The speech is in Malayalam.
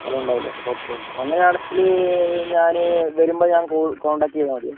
സ്ഥലമുണ്ടാവുമല്ലോ ഓക്കെ അങ്ങനെയാണെങ്കിൽ ഞാൻ വരുമ്പോൾ ഞാൻ കോൾ കോൺടാക്റ്റ് ചെയ്താൽ മതിയോ